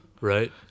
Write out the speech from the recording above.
Right